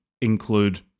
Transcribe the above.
include